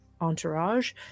entourage